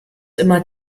immer